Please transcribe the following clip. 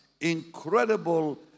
incredible